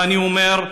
ואני אומר: